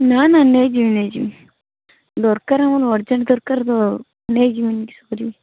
ନା ନା ନେଇଯିବି ନେଇଯିବି ଦରକାର୍ ହେବ ଅର୍ଜେଣ୍ଟ୍ ଦରକାର୍ ତ ନେଇଯିବି